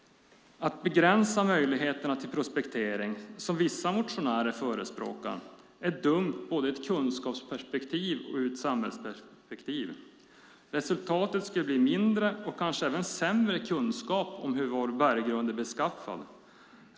Att begränsa möjligheterna till prospektering, som vissa motionärer förespråkar, är dumt både ur ett kunskapsperspektiv och ur ett samhällsperspektiv. Resultatet skulle bli mindre och kanske även sämre kunskap om hur vår berggrund är beskaffad.